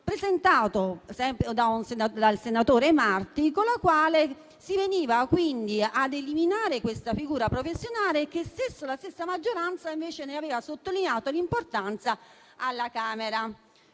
presentato dal senatore Marti, con il quale si veniva quindi ad eliminare questa figura professionale, della quale la stessa maggioranza aveva sottolineato l'importanza alla Camera.